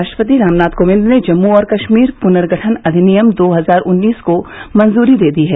राष्ट्रपति रामनाथ कोविंद ने जम्मू और कश्मीर पुनर्गठन अधिनियम दो हजार उन्नीस को मंजूरी दे दी है